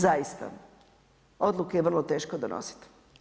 Zaista, odluke je vrlo teško donositi.